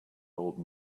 old